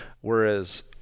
whereas